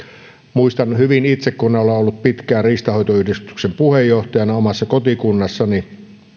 muistan hyvin itse kun olen ollut pitkään riistanhoitoyhdistyksen puheenjohtajana omassa kotikunnassani että